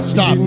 Stop